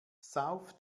south